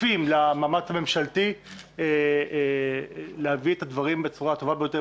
שותפים למאמץ הממשלתי להביא את הדברים בצורה הטובה ביותר,